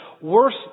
worse